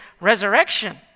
resurrection